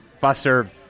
buster